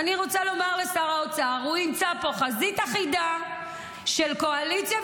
אני רוצה לומר לשר האוצר: הוא ימצא פה חזית אחידה של קואליציה,